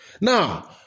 Now